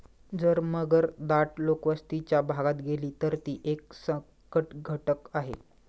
जर मगर दाट लोकवस्तीच्या भागात गेली, तर ती एक संकटघटक आहे